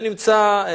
שנמצא,